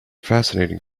fascinating